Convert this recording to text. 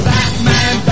Batman